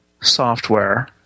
software